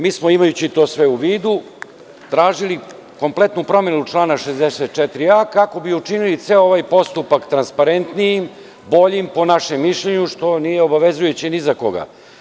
Mi smo, imajući to sve u vidu, tražili kompletnu promenu člana 64a kako bi učinili ceo ovaj postupak transparentnijim, boljim, po našem mišljenju, što nije obavezujuće ni za koga.